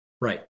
Right